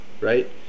right